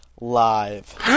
Live